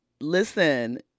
listen